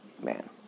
Man